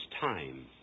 time